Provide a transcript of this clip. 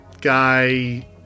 guy